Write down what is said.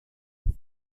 une